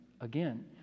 again